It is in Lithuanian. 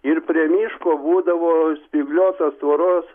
ir prie miško būdavo spygliuotos tvoros